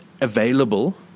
available